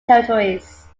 territories